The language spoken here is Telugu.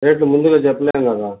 రేట్లు ముందుగా చెప్పలేము కదా